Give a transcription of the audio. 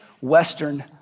Western